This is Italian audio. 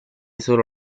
solo